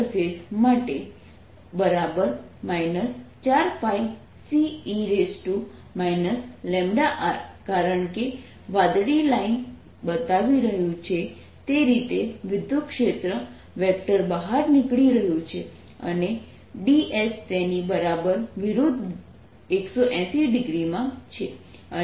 ds|inner surface 4πCe λR કારણ કે વાદળી લાઇન બતાવી રહ્યું છે તે રીતે વિદ્યુતક્ષેત્ર વેક્ટર બહાર નીકળી રહ્યું છે અને dS તેની બરાબર વિરુદ્ધ 180 ડિગ્રીમાં છે